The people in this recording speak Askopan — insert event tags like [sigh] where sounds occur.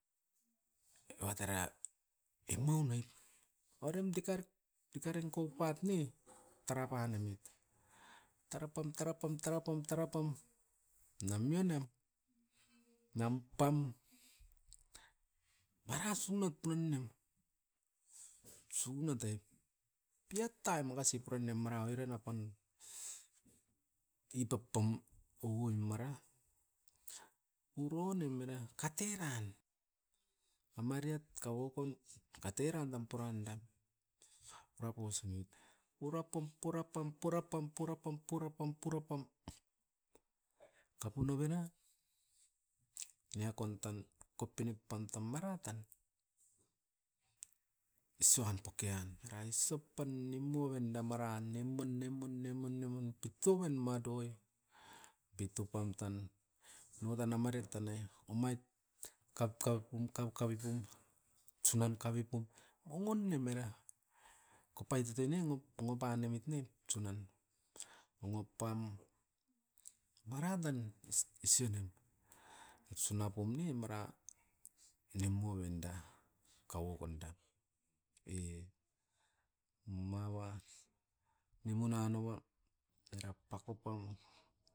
Eva tara emaun noit parem dikar-dikarenko pat ne tara panemit. Tara pam-tara pam-tara pam-tara pam na mionem, nam pam. Para sunat puron nem, sunat ai, diot taim makasi puranoim mara oiran apan dipop pam ugoi mara, uronem mara kateran. Amariat kauapam kateran dam purandan, purapo sunoit. Purapom, purapam-purapam-purapam-purapam, tapu noven nan niakon tan kopinepam tam mara tan, isoan pokian era isop pan nimu aven da maran nimun-nimun-nimun-nimun pitoven madoi. Bitu pam tan noudan amarit tanai, omait kapkap pum-kapkap pum sunan kavepun ongo nem era kopaitotoi ne nop nom panemit ne tsunan. Onoupam maradan [hesitation] isionan, isuna pum ne mara nemu ovenda, kauapan dam. E maua, nimun nanoua era pakopam,